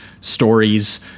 stories